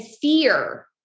fear